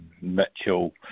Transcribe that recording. Mitchell